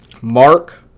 Mark